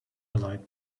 light